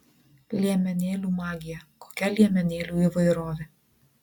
liemenėlių magija kokia liemenėlių įvairovė